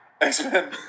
X-Men